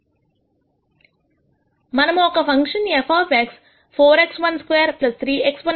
మనము ఒక function f 4 x12 3 x1 x2 2